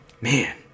Man